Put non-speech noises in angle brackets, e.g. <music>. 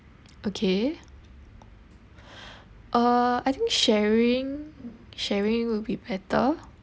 okay <breath> uh I think sharing sharing will be better